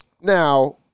Now